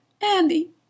andy